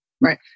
Right